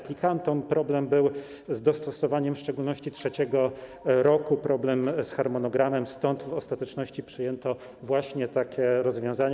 Problem był z dostosowaniem w szczególności trzeciego roku, problem z harmonogramem, stąd w ostateczności przyjęto właśnie takie rozwiązania.